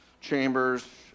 chambers